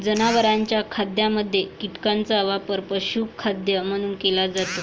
जनावरांच्या खाद्यामध्ये कीटकांचा वापर पशुखाद्य म्हणून केला जातो